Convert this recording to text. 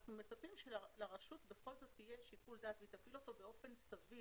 אנחנו מצפים שלרשות בכל זאת תהיה שיקול דעת והיא תפעיל אותו באופן סביר